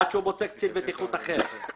עד שמוצא קצין בטיחות אחר.